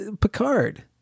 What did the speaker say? Picard